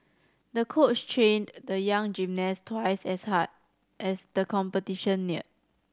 the coach trained the young gymnast twice as hard as the competition neared